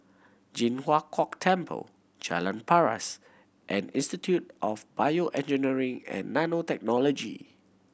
Ji Huang Kok Temple Jalan Paras and Institute of BioEngineering and Nanotechnology